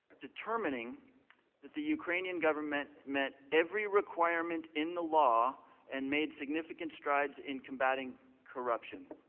determining that the ukrainian government met every requirement in the law and made significant strides in combating corruption.